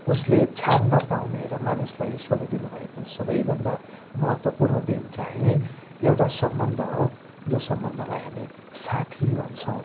उसले छान्न पाउने र मानिसलाई स्वतः दिनुभएको सबैभन्दा महत्त्वपूर्ण देन चाहिँ एउटा सम्बन्ध हो जो सम्बन्धलाई हामी साथी भन्छौँ